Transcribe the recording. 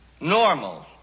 normal